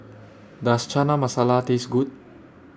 Does Chana Masala Taste Good